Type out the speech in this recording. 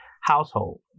household